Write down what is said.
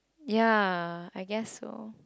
ya I guess so